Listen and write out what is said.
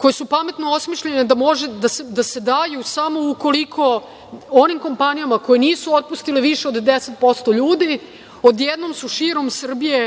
koje su pametno osmišljene da može da se daju samo ukoliko onim kompanijama koje nisu otpustile više od 10% ljudi, odjednom su širom Srbije